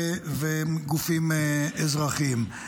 וגופים אזרחיים.